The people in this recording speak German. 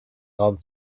raum